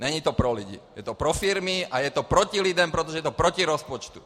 Není to pro lidi, je to pro firmy a je to proti lidem, protože je to proti rozpočtu.